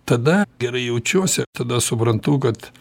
tada gerai jaučiuosi tada suprantu kad